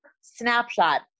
snapshot